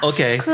Okay